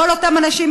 את כל אותם אנשים,